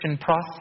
process